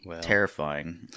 terrifying